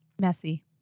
Messy